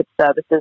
services